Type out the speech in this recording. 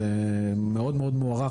זה מאוד-מאוד מוערך,